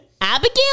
Abigail